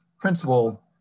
principle